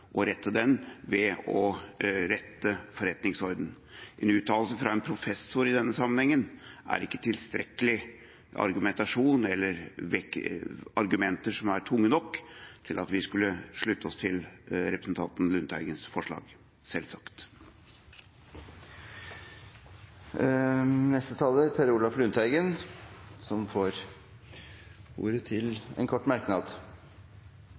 og rette den ved å rette i forretningsordenen. En uttalelse fra en professor i denne sammenhengen er ikke tilstrekkelig argumentasjon eller argumenter som er tunge nok til at vi skulle slutte oss til representanten Lundteigens forslag – selvsagt. Representanten Per Olaf Lundteigen har hatt ordet to ganger tidligere i debatten og får ordet til en kort merknad,